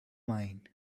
mine